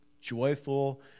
joyful